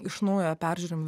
iš naujo peržiūrim